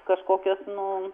kažkokios nu